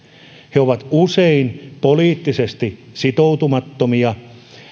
he ovat usein poliittisesti sitoutumattomia